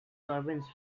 servants